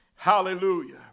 Hallelujah